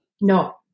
No